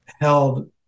held